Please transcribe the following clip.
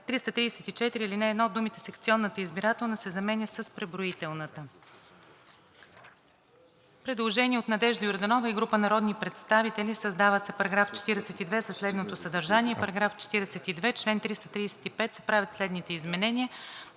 334, ал. 1 думите „секционната избирателна“ се заменя с „преброителната“.“ Предложение от Надежда Йорданова и група народни представители: „Създава се § 42 със следното съдържание: „§ 42. В чл. 335 се правят следните изменения: